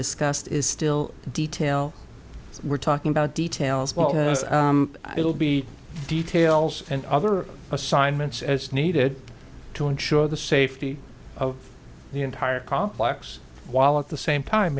discussed is still the detail we're talking about details it will be details and other assignments as needed to ensure the safety of the entire complex while at the same time